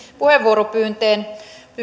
puheenvuoropyyntöön